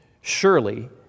Surely